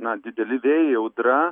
na dideli vėjai audra